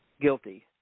guilty